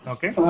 Okay